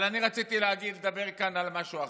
אבל אני רציתי לדבר כאן על משהו אחר.